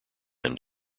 end